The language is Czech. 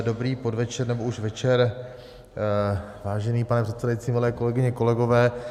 Dobrý podvečer, nebo už večer, vážený pane předsedající, milé kolegyně, kolegové.